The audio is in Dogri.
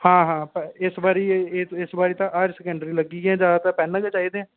हां हां इस बारी इस बारी तां हायर सकैंडरी लग्गी गे जागत तां पैन गै चाहिदे